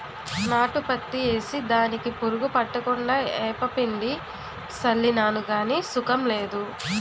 నాటు పత్తి ఏసి దానికి పురుగు పట్టకుండా ఏపపిండి సళ్ళినాను గాని సుకం లేదు